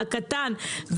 הקטן,